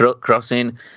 crossing